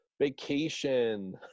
vacation